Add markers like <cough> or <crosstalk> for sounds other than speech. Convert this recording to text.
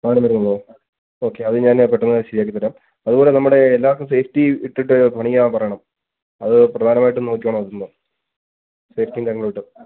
അവിടെ വരെയുള്ളോ ഓക്കെ അത് ഞാൻ പെട്ടെന്ന് ശരിയാക്കി തരാം അത് പോലെ നമ്മുടെ എല്ലാവർക്കും സേഫ്റ്റി ഇട്ടിട്ട് പണി ചെയ്യാൻ പറയണം അത് പ്രധാനമായിട്ടും നോക്കിയോണം <unintelligible> സേഫ്റ്റിയും കാര്യങ്ങളും ഇട്ട്